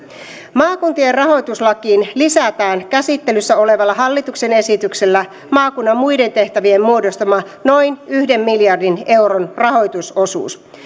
maakuntien rahoituslakiin lisätään käsittelyssä olevalla hallituksen esityksellä maakunnan muiden tehtävien muodostama noin yhden miljardin euron rahoitusosuus